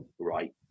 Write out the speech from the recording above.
right